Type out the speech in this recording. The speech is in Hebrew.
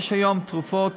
יש היום תרופות